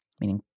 meaning